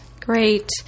great